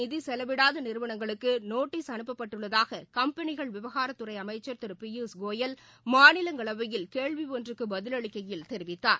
நிதி நிசெலவிடாத நிறுவனங்களுக்கு நோட்டீஸ் அனுப்பப்பட்டுள்ளதாக கம்பெளிகள் விவகாரத்துறை அமைச்சர் திரு பியூஷ் கோயல் மாநிலங்களவையில் கேள்வி ஒன்றுக்கு பதிவளிக்கையில் தெரிவித்தார்